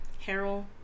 Harold